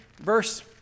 verse